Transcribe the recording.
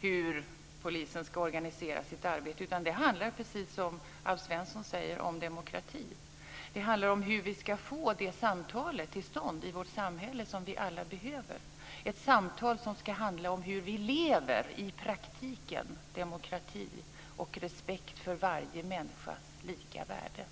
hur polisen ska organisera sitt arbete, utan det handlar, precis som Alf Svensson säger, om demokrati. Det handlar om hur vi ska få det samtal till stånd i vårt samhälle som vi alla behöver, ett samtal som ska handla om hur vi i praktiken lever när det gäller demokrati och respekt för varje människas lika värde.